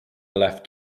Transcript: left